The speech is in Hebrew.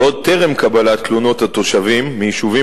ועוד טרם קבלת תלונות התושבים מיישובים